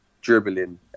dribbling